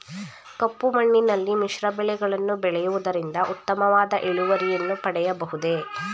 ಕಪ್ಪು ಮಣ್ಣಿನಲ್ಲಿ ಮಿಶ್ರ ಬೆಳೆಗಳನ್ನು ಬೆಳೆಯುವುದರಿಂದ ಉತ್ತಮವಾದ ಇಳುವರಿಯನ್ನು ಪಡೆಯಬಹುದೇ?